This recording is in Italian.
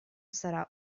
sarà